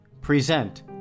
present